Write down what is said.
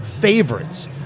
favorites